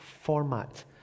format